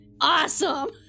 awesome